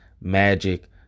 Magic